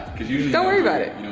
cause you don't worry about it.